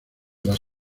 las